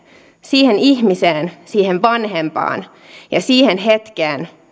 siihen ihmiseen siihen vanhempaan ja siihen hetkeen